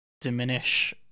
diminish